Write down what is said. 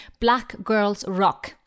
blackgirlsrock